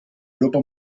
europa